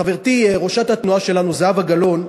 חברתי, ראשת התנועה שלנו זהבה גלאון,